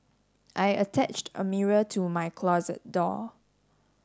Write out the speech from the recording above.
I attached a mirror to my closet door